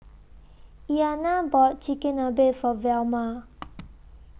Iliana bought Chigenabe For Velma